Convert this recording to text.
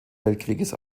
weltkrieges